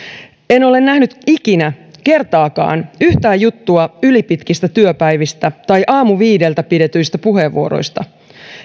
en ole nähnyt ikinä kertaakaan yhtään juttua ylipitkistä työpäivistä tai aamuviideltä pidetyistä puheenvuoroista